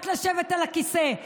רק לשבת על הכיסא.